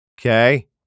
Okay